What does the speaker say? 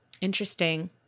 Interesting